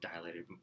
dilated